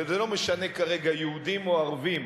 וזה לא משנה כרגע יהודים או ערבים,